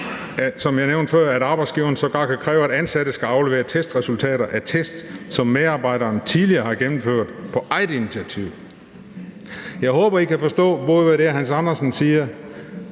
som jeg nævnte før, at arbejdsgiveren sågar kan kræve, at ansatte skal aflevere testresultater af test, som medarbejderen tidligere har fået taget på eget initiativ. Jeg håber, I kan forstå, både hvad hr. Hans Andersen siger,